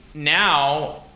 now,